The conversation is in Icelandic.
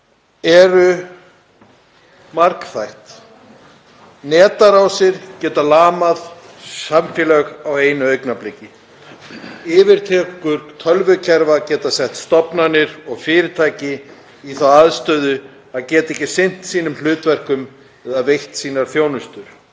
eru margþætt. Netárásir geta lamað samfélög á einu augnabliki. Yfirtaka tölvukerfa getur sett stofnanir og fyrirtæki í þá aðstöðu að geta ekki sinnt sínum hlutverkum eða veitt sína þjónustu.